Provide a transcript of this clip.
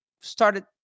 Started